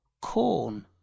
corn